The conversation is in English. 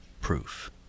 proof